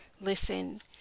listen